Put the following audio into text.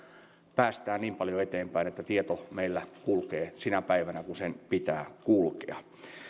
päästään niin paljon eteenpäin että meillä tieto kulkee sinä päivänä kun sen pitää kulkea